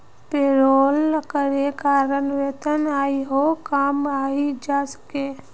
payroll करे कारण वेतन आरोह कम हइ जा छेक